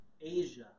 Asia